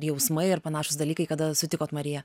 jausmai ir panašūs dalykai kada sutikot mariją